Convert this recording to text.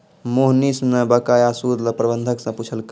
मोहनीश न बकाया सूद ल प्रबंधक स पूछलकै